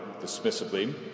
dismissively